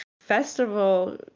festival